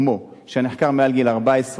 כמו שהנחקר מעל גיל 14,